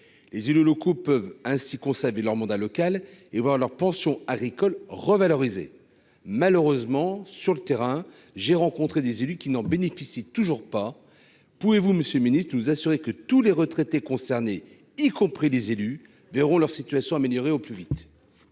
les élus locaux peuvent ainsi conserver leur mandat local et voir leurs pensions agricoles revaloriser malheureusement sur le terrain, j'ai rencontré des élus qui n'en bénéficient toujours pas, pouvez-vous, Monsieur le Ministre, nous assurer que tous les retraités concernés, y compris des élus Véro, leur situation améliorée au plus vite.